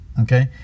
Okay